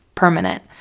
permanent